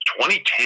2010